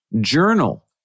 Journal